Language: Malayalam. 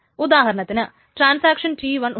ഉദാഹരണത്തിന് ട്രാൻസാക്ഷൻ T1 ഉണ്ട്